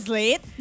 late